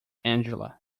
angela